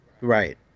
Right